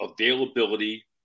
availability